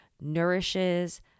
nourishes